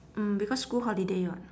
mm because school holiday [what]